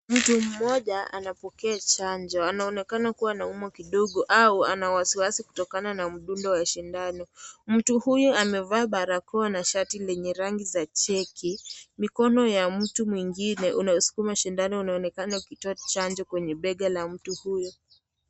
Mtu mmoja anapokea chanjo anaonekana kuwa anaumwa kidogo au ana wasiwasi kutokana mdundo ya sindano. Mtu huyu amevaa barakoa na shati lenye rangi za cheki. Mikono ya mtu mwingine unaosukuma sindano unaonekana ukitoa chanjo kwenye bega la mtu huyo.